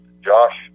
Josh